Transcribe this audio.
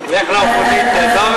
לך לאופוזיציה,